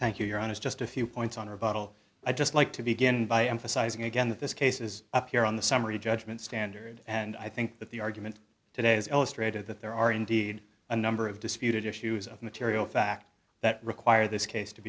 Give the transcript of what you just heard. thank you your honor is just a few points on our bottle i just like to begin by emphasizing again that this case is up here on the summary judgment standard and i think that the argument today is illustrated that there are indeed a number of disputed issues of material fact that require this case to